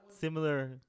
similar